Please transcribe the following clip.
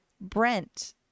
brent